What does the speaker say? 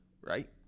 right